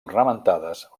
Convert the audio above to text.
ornamentades